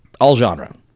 all-genre